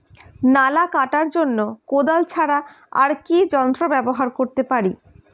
নালা কাটার জন্য কোদাল ছাড়া আর কি যন্ত্র ব্যবহার করতে পারি?